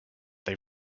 they